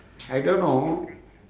I don't know